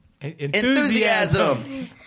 Enthusiasm